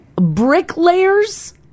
bricklayers